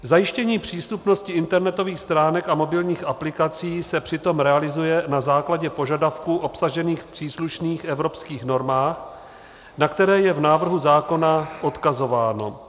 Zajištění přístupnosti internetových stránek a mobilních aplikací se přitom realizuje na základě požadavků obsažených v příslušných evropských normách, na které je v návrhu zákona odkazováno.